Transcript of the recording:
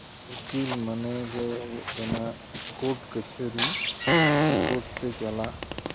ᱩᱠᱤᱞ ᱢᱟᱱᱮ ᱜᱮ ᱠᱚᱴ ᱠᱟᱹᱪᱷᱟᱹᱨᱤ ᱥᱮ ᱠᱳᱨᱴ ᱛᱮ ᱪᱟᱞᱟᱜ